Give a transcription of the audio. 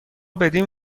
بدین